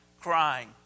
crying